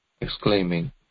exclaiming